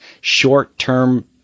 short-term